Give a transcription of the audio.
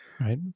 right